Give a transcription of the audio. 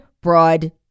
broad